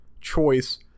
choice